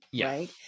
right